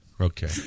Okay